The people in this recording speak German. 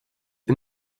der